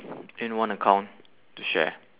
in one account to share